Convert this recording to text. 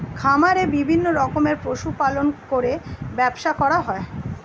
খামারে বিভিন্ন রকমের পশু পালন করে ব্যবসা করা হয়